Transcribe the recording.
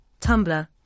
Tumblr